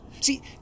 See